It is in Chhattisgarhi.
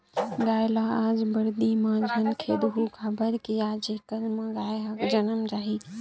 गाय ल आज बरदी म झन खेदहूँ काबर कि आजे कल म गाय ह जनम जाही